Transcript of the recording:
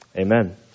Amen